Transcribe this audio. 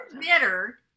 bitter